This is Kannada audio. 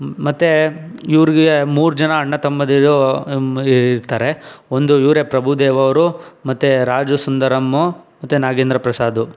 ಮತ್ತೆ ಇವರಿಗೆ ಮೂರು ಜನ ಅಣ್ಣ ತಮ್ಮಂದಿರು ಇರ್ತಾರೆ ಒಂದು ಇವರೇ ಪ್ರಭುದೇವ ಅವರು ಮತ್ತೆ ರಾಜು ಸುಂದರಂ ಮತ್ತೆ ನಾಗೇಂದ್ರ ಪ್ರಸಾದ